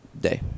Day